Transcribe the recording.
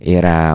era